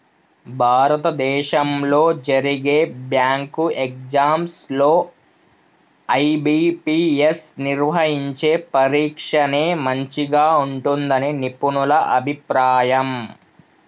భారతదేశంలో జరిగే bank exams లో ఐ.బీ.పీ.ఎస్ నిర్వహించే పరీక్షనే మంచిగా ఉంటుందని నిపుణుల అభిప్రాయం